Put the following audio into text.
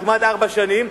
וכמעט ארבע שנים,